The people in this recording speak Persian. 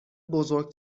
بزرگ